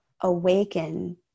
awaken